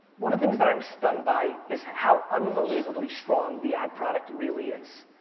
one of the things that i'm stunned by is how unbelievably strong the ad product really is.